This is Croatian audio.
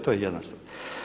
To je jedna stvar.